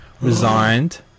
resigned